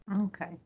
Okay